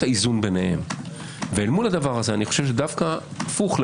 להתרוצץ בין הרבה ועדות וגם ברמת